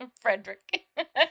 Frederick